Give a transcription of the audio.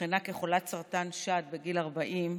אובחנה כחולת סרטן שד בגיל 40,